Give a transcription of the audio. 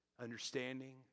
Understanding